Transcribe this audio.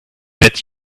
that